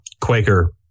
Quaker